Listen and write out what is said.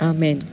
Amen